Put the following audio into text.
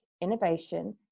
innovation